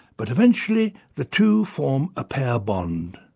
but eventually the two form a pair bond.